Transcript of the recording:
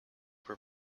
were